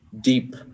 deep